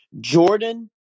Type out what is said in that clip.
Jordan